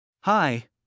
Hi